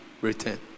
return